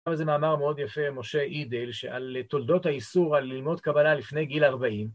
עכשיו איזה מאמר מאוד יפה, משה עידל, שעל תולדות האיסור, על ללמוד קבלה לפני גיל 40